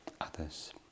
others